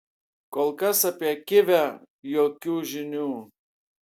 kol kas apie kivę jokių žinių